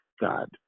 God